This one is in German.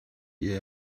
ihr